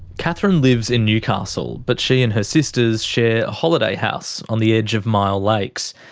catherine lives in newcastle. but she and her sisters share a holiday house on the edge of myall lakes.